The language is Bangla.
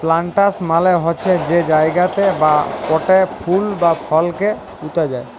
প্লান্টার্স মালে হছে যে জায়গাতে বা পটে ফুল বা ফলকে পুঁতা যায়